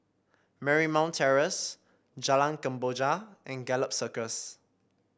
Marymount Terrace Jalan Kemboja and Gallop Circus